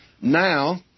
Now